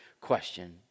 question